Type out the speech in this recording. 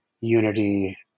unity